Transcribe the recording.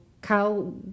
Kyle